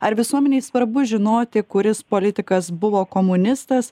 ar visuomenei svarbu žinoti kuris politikas buvo komunistas